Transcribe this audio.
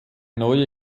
neue